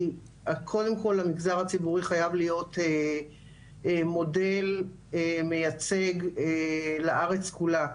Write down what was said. כי קודם כל המגזר הציבורי חייב להיות מודל מייצג לארץ כולה.